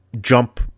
jump